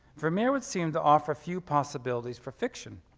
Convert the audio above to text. vermeer would seem to offer few possibilities for fiction.